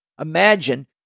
imagine